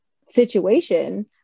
situation